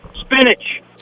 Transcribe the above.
Spinach